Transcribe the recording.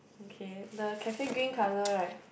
okay the cafe green colour right